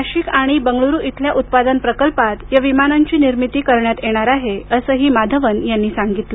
नाशिक आणि बंगळूरू इथल्या उत्पादन प्रकल्पात या विमानांची निर्मिती करण्यात येणार आहे असंही माधवन यांनी सांगितलं